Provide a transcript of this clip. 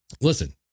Listen